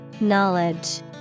Knowledge